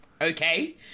Okay